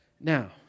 now